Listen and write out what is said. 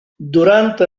durante